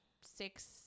six